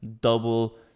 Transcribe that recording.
double